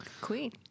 queen